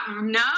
no